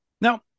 Now